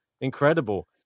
incredible